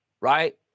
right